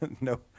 no